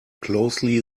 closely